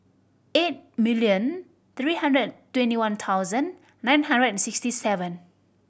eight million three hundred and twenty one thousand nine hundred and sixty seven